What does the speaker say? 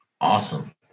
Awesome